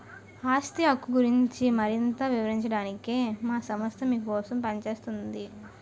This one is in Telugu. ఆస్తి హక్కు గురించి మరింత వివరించడానికే మా సంస్థ మీకోసం పనిచేస్తోందండి